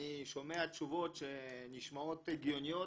אני שומע תשובות שנשמעות הגיוניות,